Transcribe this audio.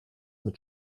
mit